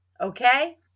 Okay